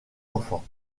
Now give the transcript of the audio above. enfants